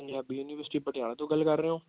Punjabi university Patiala ਤੋਂ ਗੱਲ ਕਰ ਰਹੇ ਹੋ